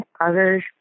others